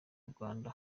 rwanda